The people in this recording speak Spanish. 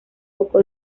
poco